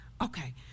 Okay